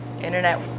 internet